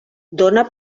dóna